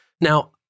Now